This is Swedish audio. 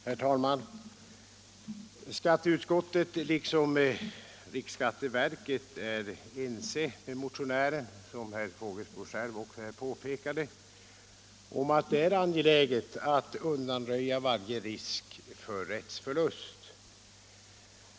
Herr talman! Som herr Fågelsbo själv påpekade är skatteutskottet liksom riksskatteverket ense med motionären om att det är angeläget att undanröja varje risk för rättsförlust.